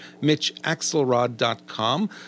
mitchaxelrod.com